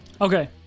Okay